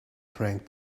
drank